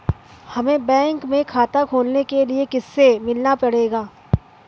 हमे बैंक में खाता खोलने के लिए किससे मिलना पड़ेगा?